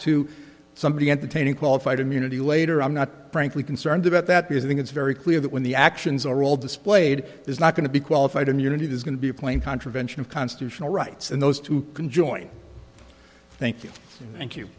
to somebody entertaining qualified immunity later i'm not frankly concerned about that because i think it's very clear that when the actions are all displayed is not going to be qualified immunity is going to be plain contravention of constitutional rights and those two can join thank you thank you